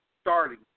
starting